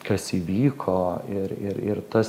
kas įvyko ir ir ir tas